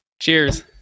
Cheers